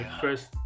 first